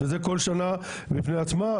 וזה כל שנה בפני עצמה.